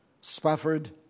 Spafford